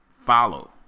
Follow